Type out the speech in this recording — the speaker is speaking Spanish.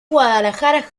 guadalajara